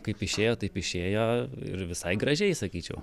kaip išėjo taip išėjo ir visai gražiai sakyčiau